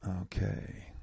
Okay